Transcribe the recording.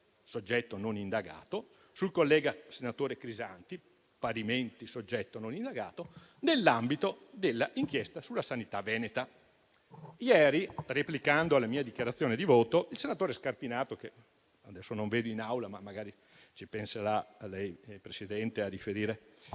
soggetto non indagato - sul collega senatore Crisanti - parimenti soggetto non indagato - nell'ambito dell'inchiesta sulla sanità veneta. Ieri, replicando alla mia dichiarazione di voto, il senatore Scarpinato, che adesso non vedo in Aula - magari ci penserà lei, signora Presidente, a riferire